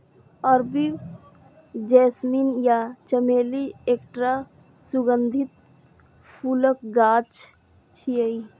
अरबी जैस्मीन या चमेली एकटा सुगंधित फूलक गाछ छियै